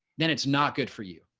then it's not good for you.